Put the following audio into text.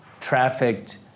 trafficked